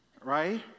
right